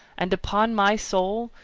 and, upon my soul,